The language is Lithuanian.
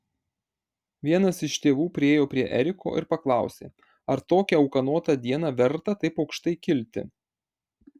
vienas iš tėvų priėjo prie eriko ir paklausė ar tokią ūkanotą dieną verta taip aukštai kilti